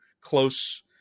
close